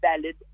valid